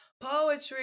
poetry